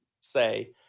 say